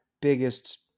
biggest